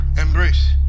Embrace